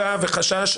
וחשש,